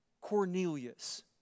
Cornelius